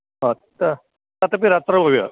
हा त तदपि रात्रौ एव